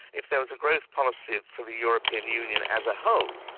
if there was a growth policy for the european union as a whole,